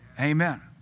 Amen